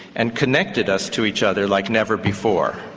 and connected us to each other like never before.